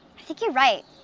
i think you're right.